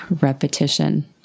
repetition